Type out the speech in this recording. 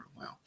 Wow